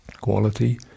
quality